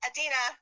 Adina